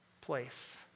place